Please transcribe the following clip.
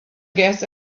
guess